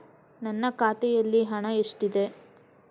ನನ್ನ ಖಾತೆಯಲ್ಲಿ ಹಣ ಎಷ್ಟಿದೆ?